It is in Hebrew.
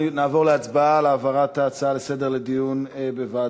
הצעות לסדר-היום מס'